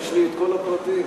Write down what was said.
יש לי כל הפרטים.